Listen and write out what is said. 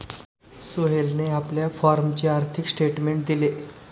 सोहेलने आपल्या फॉर्मचे आर्थिक स्टेटमेंट दिले